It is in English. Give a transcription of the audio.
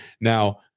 Now